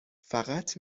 فقط